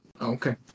Okay